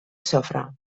sofre